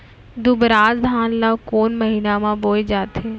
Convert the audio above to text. दुबराज धान ला कोन महीना में बोये जाथे?